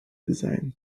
design